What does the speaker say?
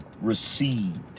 Received